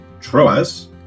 Troas